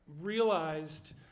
realized